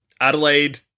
Adelaide